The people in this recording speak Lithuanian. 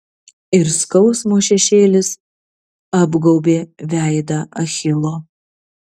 ir skausmo šešėlis apgaubė veidą achilo